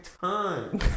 time